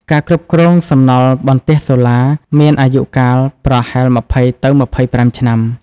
ការគ្រប់គ្រងសំណល់បន្ទះសូឡាមានអាយុកាលប្រហែល ២០ ទៅ២៥ ឆ្នាំ។